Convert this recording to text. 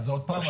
עוד פעם,